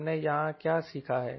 हमने यहां क्या सीखा है